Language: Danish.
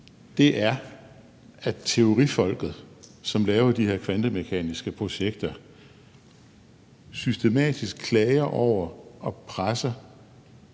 er, at teorifolket, som laver de her kvantemekaniske projekter, systematisk klager over og presser